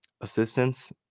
Assistance